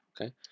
Okay